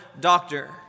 doctor